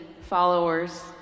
followers